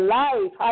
life